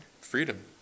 freedom